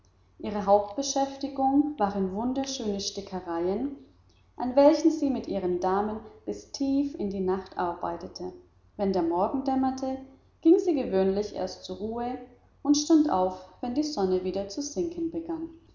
ihre hauptbeschäftigung waren wunderschöne stickereien an welchen sie mit ihren damen bis tief in die nacht arbeitete wenn der morgen dämmerte ging sie gewöhnlich erst zur ruhe und stand auf wenn die sonne wieder zu sinken begann